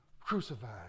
crucified